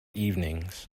evenings